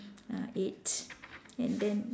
ah eight and then